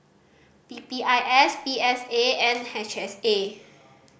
P P I S P S A and H S A